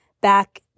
back